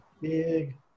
big